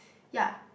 ya